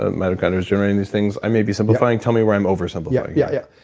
ah mitochondria's generating these things. i maybe simplifying. tell me where i'm over simplifying yeah.